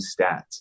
stats